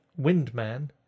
Windman